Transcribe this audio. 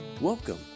Welcome